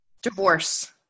Divorce